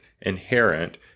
inherent